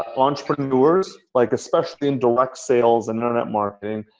ah entrepreneurs, like especially in direct sales and internet marketing,